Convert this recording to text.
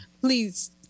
Please